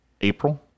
April